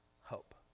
hope